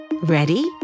Ready